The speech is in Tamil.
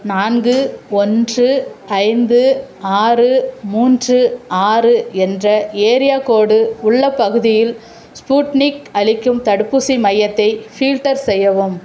நான்கு ஒன்று ஐந்து ஆறு மூன்று ஆறு என்ற ஏரியா கோடு உள்ள பகுதியில் ஸ்பூட்னிக் அளிக்கும் தடுப்பூசி மையத்தை ஃபில்டர் செய்யவும்